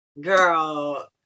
girl